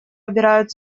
обирают